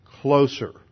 closer